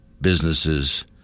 businesses